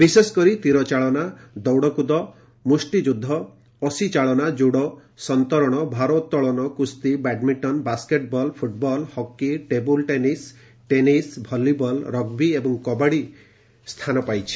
ବିଶେଷକରି ତୀରଚାଳନା ଦୌଡ଼କୁଦ ମୁଷ୍ଟିଯୁଦ୍ଧ ଅଶୀଚାଳନା ଜୁଡୋ ସନ୍ତରଣ ଭାରୋଉଳନ କୁସ୍ତି badminton basketball football hockey table tennis tennis volleyball rugby ଏବଂ କବାଡ଼ି ସ୍ଥାନ ପାଇଛି